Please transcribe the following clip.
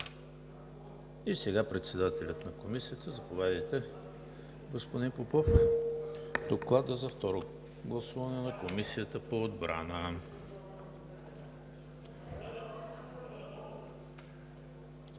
г. Председателят на Комисията – заповядайте, господин Попов, за Доклада за второ гласуване на Комисията по отбрана.